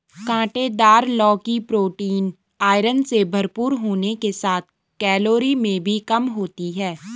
काँटेदार लौकी protein, iron से भरपूर होने के साथ कैलोरी में भी कम होती है